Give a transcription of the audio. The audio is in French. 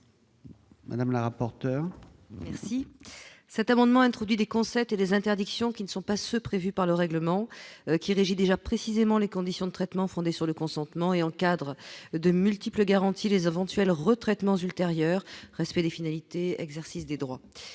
Madame la rapporteure merci. Cet amendement introduit des concepts et des interdictions, qui ne sont pas ceux prévus par le règlement qui régit déjà précisément les conditions de traitement fondé sur le consentement et encadre de multiples garantit les aventures le retraitement ultérieur, respect des finalités exercice des droits,